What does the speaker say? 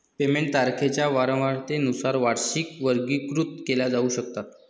payment तारखांच्या वारंवारतेनुसार वार्षिकी वर्गीकृत केल्या जाऊ शकतात